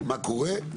מה קורה,